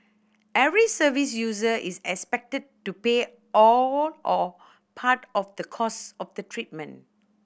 every service user is expected to pay all or part of the cost of the treatment